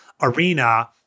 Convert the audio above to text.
arena